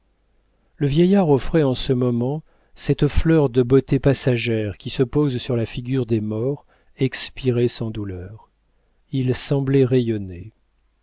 le vieillard offrait en ce moment cette fleur de beauté passagère qui se pose sur la figure des morts expirés sans douleurs il semblait rayonner